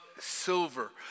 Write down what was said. silver